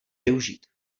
využít